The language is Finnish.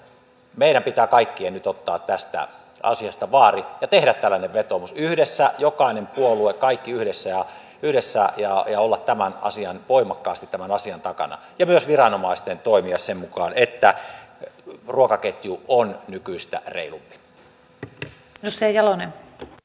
meidän pitää kaikkien nyt ottaa tästä asiasta vaari ja tehdä tällainen vetoomus yhdessä jokainen puolue kaikki yhdessä ja olla voimakkaasti tämän asian takana ja myös viranomaisten toimia sen mukaan että ruokaketju on nykyistä reilumpi